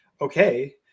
Okay